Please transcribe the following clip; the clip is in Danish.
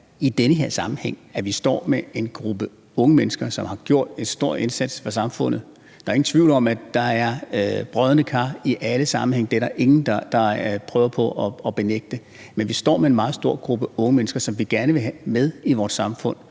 i den her sammenhæng står med en gruppe unge mennesker, som har gjort en stor indsats for samfundet. Der er ingen tvivl om, at der er brodne kar i alle sammenhænge. Det er der ingen der prøver på at benægte. Men vi står med en meget stor gruppe unge mennesker, som vi gerne vil have med i vores samfund,